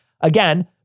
Again